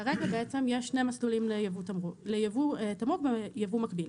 כרגע בעצם יש שני מסלולים לייבוא תמרוק בייבוא מקביל.